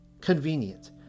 Convenient